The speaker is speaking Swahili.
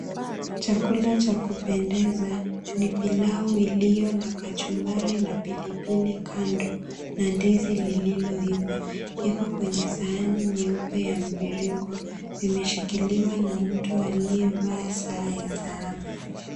Chakula cha kupendeza ni pilau iliyo na kachumbari na pilipili kando na ndizi lililoiva. Iko kwenye sahani nyeupe ya mviringo vimeshikiliwa na mtu aliyevaa saa ya dhahabu.